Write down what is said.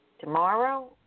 Tomorrow